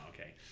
okay